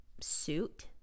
suit